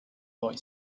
boy